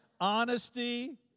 honesty